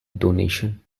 donation